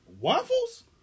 Waffles